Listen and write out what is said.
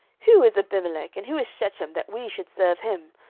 who is abimelech, and who is shechem, that we should serve him?